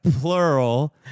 plural